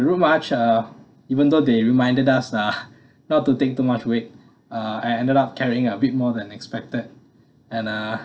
the route march uh even though they reminded us uh not to take too much weight uh I ended up carrying a bit more than expected and uh